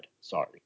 Sorry